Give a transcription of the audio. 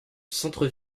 centre